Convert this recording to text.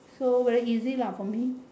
so very easy lah for me